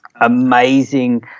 amazing